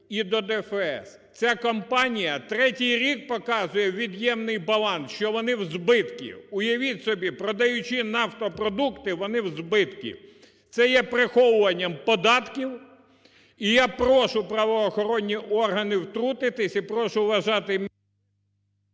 і до ДФС. Ця компанія третій рік показує від'ємний баланс, що вони в збитку. Уявіть собі, продаючи нафтопродукти, вони в збитку. Це є приховуванням податків, і я прошу правоохоронні органи втрутитися, і прошу вважати мій…